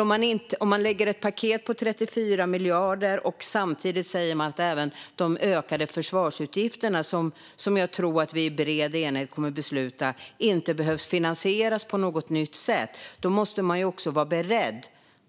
Om man lägger fram ett paket på 34 miljarder kronor och samtidigt säger att de ökade försvarsutgifterna, som jag tror att vi i bred enighet kommer att besluta om, inte behöver finansieras på något nytt sätt måste man också vara beredd